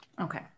Okay